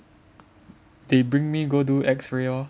they bring me go do X ray lor